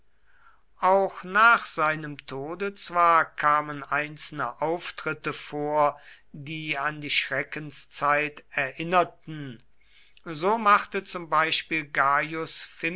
auch nach seinem tode zwar kamen einzelne auftritte vor die an die schreckenszeit erinnerten so machte zum beispiel gaius